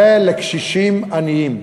זה לקשישים עניים,